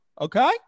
Okay